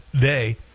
day